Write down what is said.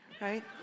right